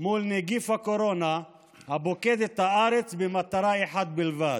מול נגיף הקורונה הפוקד את הארץ, במטרה אחת בלבד,